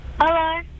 Hello